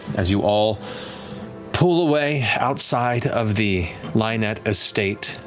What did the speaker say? as you all pull away, outside of the lionett estate,